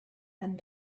and